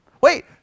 Wait